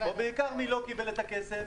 ובעיקר מי לא קיבל את הכסף?